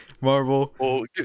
Marvel